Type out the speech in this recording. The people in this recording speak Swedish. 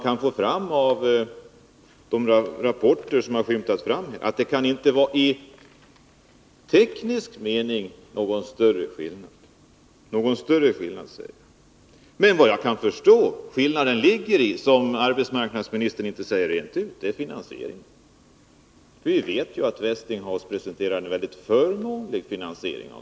I rapporterna har det skymtat fram att det i teknisk mening inte kan vara någon större skillnad — någon större skillnad, säger jag. Såvitt jag förstår ligger skillnaden i finansieringen, men det är något som arbetsmarknadsministern inte säger rent ut. Vi vet ju att Westinghouse presenterade en väldigt förmånlig finansiering.